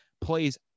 plays